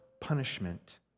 punishment